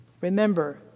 Remember